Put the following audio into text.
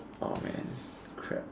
orh man crap